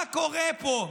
מה קורה פה?